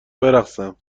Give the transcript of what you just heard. برقصم